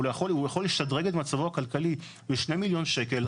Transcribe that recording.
הוא יכול לשדרג את מצבו הכלכלי ב-2,000,000 שקלים.